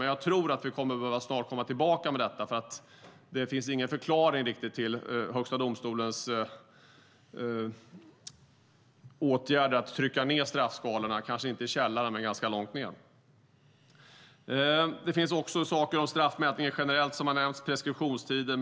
Men jag tror att vi snart behöver komma tillbaka till detta eftersom det inte finns någon riktig förklaring till Högsta domstolens åtgärd att så att säga trycka ned straffskalorna, kanske inte ned i källaren men ganska långt ned. Det finns också andra frågor som gäller straffmätningen generellt, som har nämnts här, och preskriptionstider.